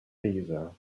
deezer